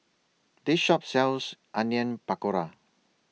This Shop sells Onion Pakora